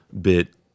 bit